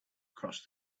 cross